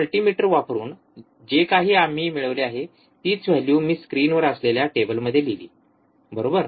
multimeter वापरून जे काही आम्ही मिळवले आहेतीच व्हॅल्यू मी स्क्रीनवर असलेल्या टेबलमध्ये लिहली बरोबर